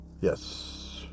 yes